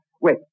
wait